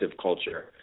culture